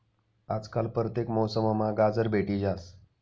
आजकाल परतेक मौसममा गाजर भेटी जास